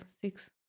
six